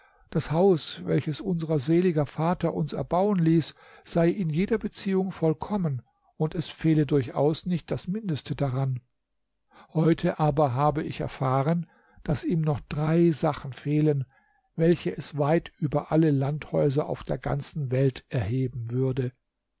das haus welches unser seliger vater uns erbauen ließ sei in jeder beziehung vollkommen und es fehle durchaus nicht das mindeste daran heute aber habe ich erfahren daß ihm noch drei sachen fehlen welche es weit über alle landhäuser auf der ganzen welt erheben würde